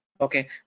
Okay